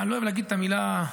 אני לא אוהב להגיד את המילה חזירי,